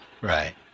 Right